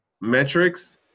metrics